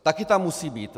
Taky tam musí být.